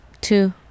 Two